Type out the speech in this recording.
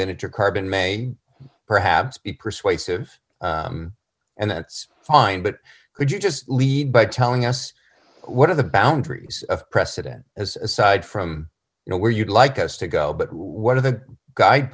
that it to carbon may perhaps be persuasive and that's fine but could you just lead by telling us what are the boundaries of precedent as aside from you know where you'd like us to go but one of the guy